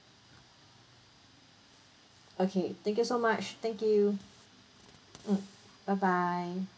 okay thank you so much thank you mm bye bye